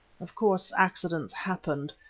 of course accidents happened.